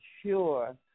sure